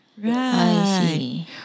Right